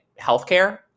healthcare